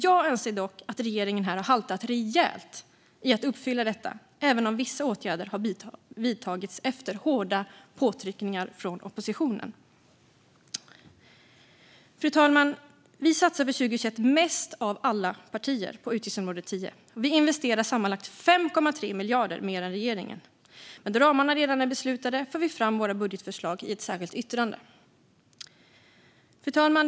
Jag anser dock att regeringen har haltat rejält i att uppfylla detta, även om vissa åtgärder har vidtagits efter hårda påtryckningar från oppositionen. Fru talman! Vi satsar för 2021 mest av alla partier på utgiftsområde 10. Vi investerar sammanlagt 5,3 miljarder mer än regeringen. Då ramarna redan är beslutade för vi dock fram våra budgetförslag i ett särskilt yttrande. Fru talman!